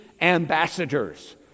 ambassadors